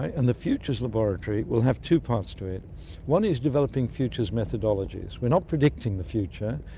and the futures laboratory will have two parts to it one is developing futures methodologies. we're not predicting the future,